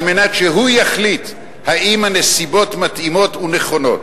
על מנת שהוא יחליט אם הנסיבות מתאימות ונכונות.